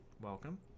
welcome